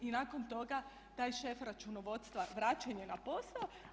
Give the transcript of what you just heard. I nakon toga taj šef računovodstva vraćen je na posao.